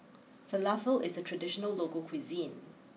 Falafel is a traditional local cuisine